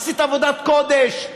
עשית עבודת קודש,